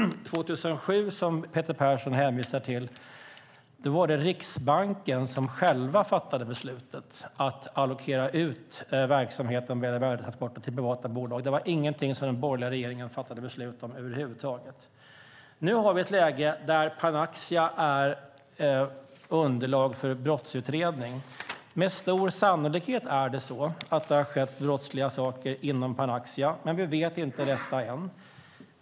Peter Persson hänvisar till 2007. Då var det Riksbanken som själva fattade beslutet att allokera ut verksamheten med värdetransporter till privata bolag. Det var ingenting som den borgerliga regeringen över huvud taget fattade beslut om. Nu har vi ett läge där Panaxia är föremål för en brottsutredning. Med stor sannolikhet har det skett brottsliga saker inom Panaxia, men vi vet inte det än.